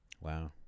Wow